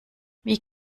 wie